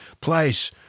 place